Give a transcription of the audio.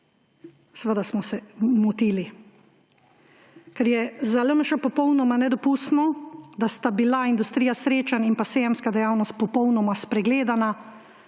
seveda smo se motili. Ker je za LMŠ popolnoma nedopustno, da sta bili industrija srečanj in sejemska dejavnost popolnoma spregledani